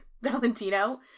Valentino